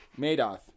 Madoff